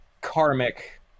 karmic